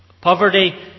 Poverty